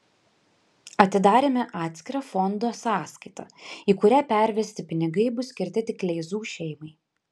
atidarėme atskirą fondo sąskaitą į kurią pervesti pinigai bus skirti tik kleizų šeimai